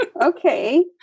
Okay